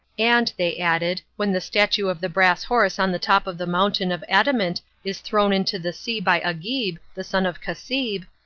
and, they added, when the statue of the brass horse on the top of the mountain of adamant is thrown into the sea by agib, the son of cassib,